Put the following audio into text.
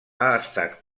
estat